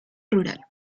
rural